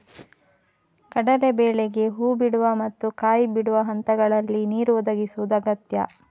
ಕಡಲೇ ಬೇಳೆಗೆ ಹೂ ಬಿಡುವ ಮತ್ತು ಕಾಯಿ ಬಿಡುವ ಹಂತಗಳಲ್ಲಿ ನೀರು ಒದಗಿಸುದು ಅಗತ್ಯ